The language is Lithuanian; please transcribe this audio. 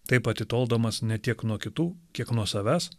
taip atitoldamas ne tiek nuo kitų kiek nuo savęs